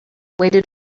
waited